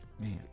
man